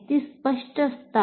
ती स्पष्ट दिसतात